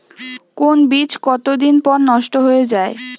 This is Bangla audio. কোন বীজ কতদিন পর নষ্ট হয়ে য়ায়?